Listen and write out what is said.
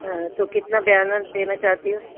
ہاں تو کتنا بیعانہ دینا چاہتی ہو